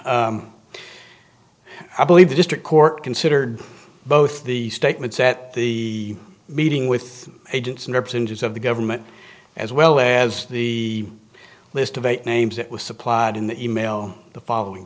the i believe the district court considered both the statements at the meeting with agents and representatives of the government as well as the list of eight names that was supplied in the e mail the following